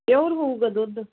pure ਹੋਉਗਾ ਦੁੱਧ